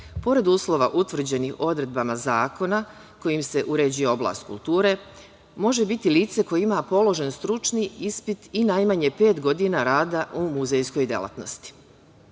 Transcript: pored uslova utvrđenih odredbama zakona kojim se uređuje oblast kulture, može biti lice koje ima položen stručni ispit i najmanje pet godina rada u muzejskoj delatnosti. Kada